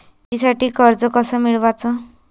शेतीसाठी कर्ज कस मिळवाच?